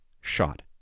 shot